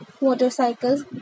Motorcycles